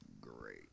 Great